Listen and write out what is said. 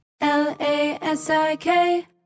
L-A-S-I-K